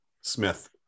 Smith